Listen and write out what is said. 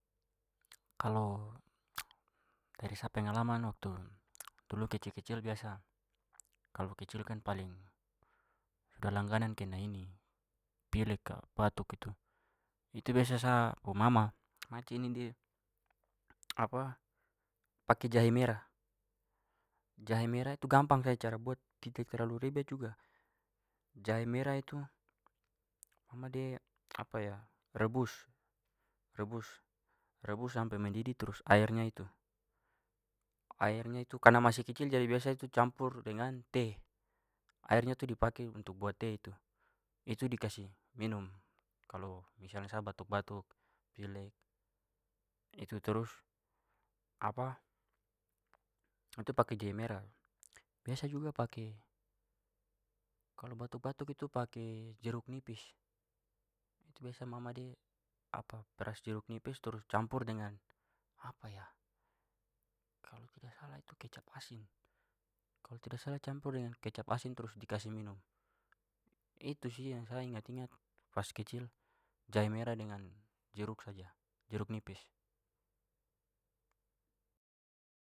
Kalau dari sa pengalaman waktu dulu kecil-kecil biasa kalau kecil kan paling sudah langganan kena ini pilek ka batuk itu. Itu biasa sa pu mama mace ni de pake jahe mera. Jahe mera itu gampang saja cara buat tidak terlalu ribet juga. Jahe mera itu mama de rebus rebus- rebus sampai mendidi trus airnya itu. Airnya itu karena masih kecil jadi biasa tu campur dengan teh. Airnya tu dipake buat teh itu, itu dikasi minum. Kalo misalnya sa batuk-batuk pilek itu trus itu pake jahe merah. Biasa juga pake kalau batuk-batuk itu pake jeruk nipis. Itu biasa mama de peras jeruk nipis trus campur dengan kalau tidak salah itu kecap asin, kalau tidak salah campur dengan kecap asin trus dikasi minum. Itu sih yang saya ingat-ingat pas kecil, jahe mera dengan jeruk saja, jeruk nipis.